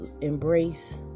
embrace